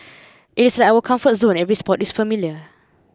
it is like our comfort zone every spot is familiar